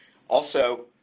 also,